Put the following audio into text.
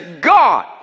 God